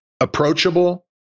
approachable